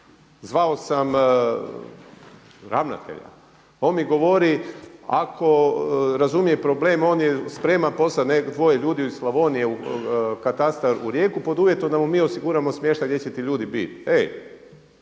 Zvao sam ravnatelja, on mi govori ako razumije problem on i sprema poslati dvoje ljudi iz Slavonije u katastar u Rijeku pod uvjetom da mu mi osiguramo smještaj gdje će ti ljudi biti.